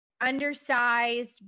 undersized